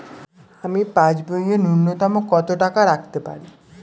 আমি পাসবইয়ে ন্যূনতম কত টাকা রাখতে পারি?